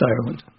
Ireland